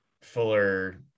Fuller